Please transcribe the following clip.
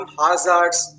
hazards